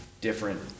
different